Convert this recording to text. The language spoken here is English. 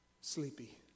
sleepy